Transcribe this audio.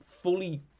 fully